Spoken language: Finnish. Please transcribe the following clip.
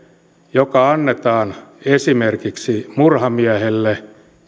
joka annetaan esimerkiksi murhamiehelle